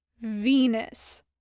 Venus